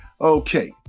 Okay